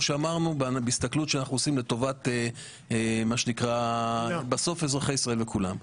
בהסתכלות שאנחנו עושים לטובת מה שנקרא אזרחי ישראל וכולם.